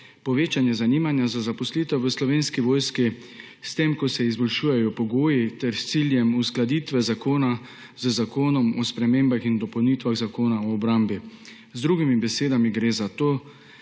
povečanje zanimanja za zaposlitev v Slovenski vojski s tem, da se izboljšujejo pogoji, ter s ciljem uskladitve zakona z Zakonom o spremembah in dopolnitvah Zakona o obrambi. Z drugimi besedami gre za to,